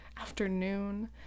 afternoon